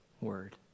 word